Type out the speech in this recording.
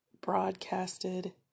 broadcasted